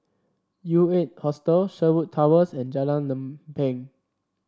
U Eight Hostel Sherwood Towers and Jalan Lempeng